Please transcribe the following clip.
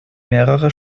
mehrere